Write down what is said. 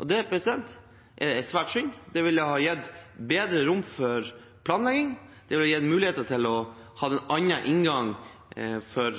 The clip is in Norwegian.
og det er svært synd. Det ville ha gitt bedre rom for planlegging, det ville ha gitt muligheter til å ha en annen inngang til